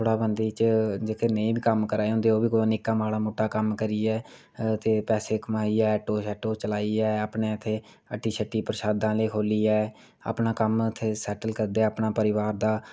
जेह्ड़े बंदे नेईं बी कम्म करा दे होंदे ओह् बी निक्का माड़ा मुट्टा कम्म करियै पैसे कमाईयै ऐटो शैटो चलाईयै अपनै हट्टी शट्टी परशादें आह्ली खोह्लियै अपना कम्म इत्थें सैट्टल करदे अपने परिवार दा